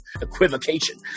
equivocation